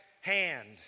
hand